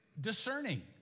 discerning